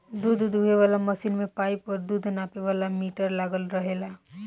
दूध दूहे वाला मशीन में पाइप और दूध नापे वाला मीटर लागल रहेला